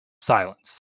Silence